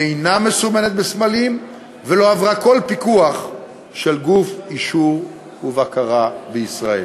והיא אינה מסומנת בסמלים ולא עברה כל פיקוח של גוף אישור ובקרה בישראל.